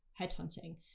headhunting